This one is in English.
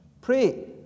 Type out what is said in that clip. pray